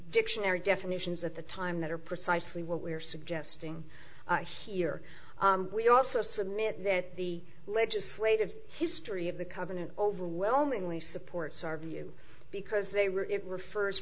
dictionary definitions at the time that are precisely what we are suggesting here we also submit that the legislative history of the covenant overwhelmingly supports our view because they were it refers